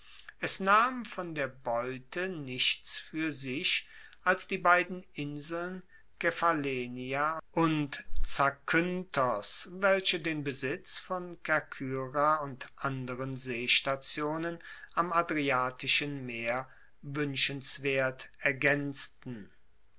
es nahm von der beute nichts fuer sich als die beiden inseln kephallenia und zakynthos welche den besitz von kerkyra und anderen seestationen am adriatischen meer wuenschenswert ergaenzten